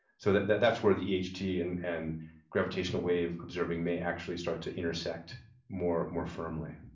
so that's that's where the e h t. and and graphictational wave observing may actually start to intersect more more firmly.